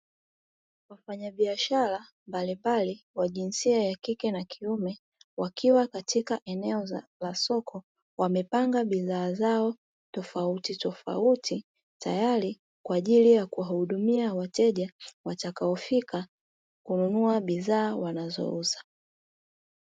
Wafanyabiashara mbalimbali wa jinsia ya kike na kiume wakiwa katika eneo la soko. Wamepanga bidhaa zao tofauti tofauti tayari kwa ajili ya kuwahudumia, wateja watakaofika kununua bidhaa wanazouza.